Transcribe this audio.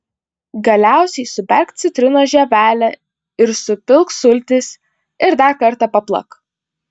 galiausiai suberk citrinos žievelę ir supilk sultis ir dar kartą paplak